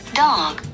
dog